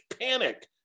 panic